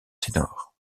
ténor